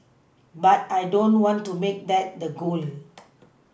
but I don't want to make that the goal